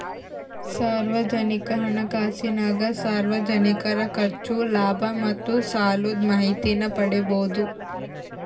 ಸಾರ್ವಜನಿಕ ಹಣಕಾಸಿನಾಗ ಸಾರ್ವಜನಿಕರ ಖರ್ಚು, ಲಾಭ ಮತ್ತೆ ಸಾಲುದ್ ಮಾಹಿತೀನ ಪಡೀಬೋದು